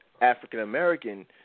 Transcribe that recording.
African-American